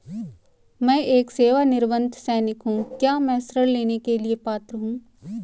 मैं एक सेवानिवृत्त सैनिक हूँ क्या मैं ऋण लेने के लिए पात्र हूँ?